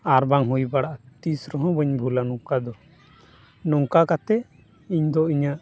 ᱟᱨ ᱵᱟᱝ ᱦᱩᱭ ᱵᱟᱲᱟᱼᱟ ᱛᱤᱥ ᱨᱮᱦᱚᱸ ᱵᱟᱹᱧ ᱵᱷᱩᱞᱟ ᱱᱚᱝᱠᱟ ᱫᱚ ᱱᱚᱝᱠᱟ ᱠᱟᱛᱮ ᱤᱧᱫᱚ ᱤᱧᱟᱹᱜ